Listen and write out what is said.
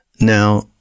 Now